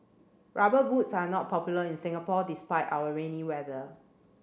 rubber boots are not popular in Singapore despite our rainy weather